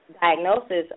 diagnosis